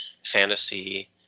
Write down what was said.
fantasy